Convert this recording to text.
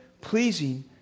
pleasing